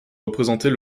représenter